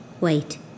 Wait